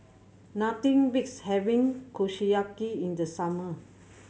nothing beats having Kushiyaki in the summer